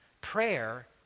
Prayer